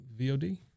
VOD